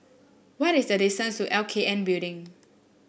what is the distance to L K N Building